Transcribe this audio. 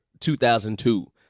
2002